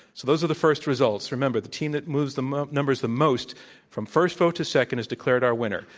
so those are the first results. remember, the team that moves the um numbers the most from first vote to second is declared our winner.